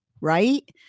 right